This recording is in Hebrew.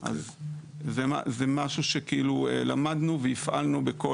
זה משהו שכאילו למדנו והפעלנו.